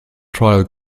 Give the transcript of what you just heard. trial